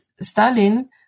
Stalin